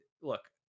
look